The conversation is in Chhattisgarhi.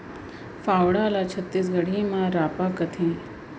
फावड़ा ल छत्तीसगढ़ी म रॉंपा कथें